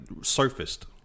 surfaced